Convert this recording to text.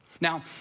Now